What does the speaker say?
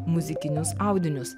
muzikinius audinius